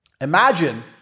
Imagine